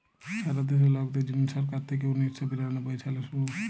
ছারা দ্যাশে লকদের জ্যনহে ছরকার থ্যাইকে উনিশ শ নিরানব্বই সালে শুরু